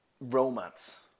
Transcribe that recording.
romance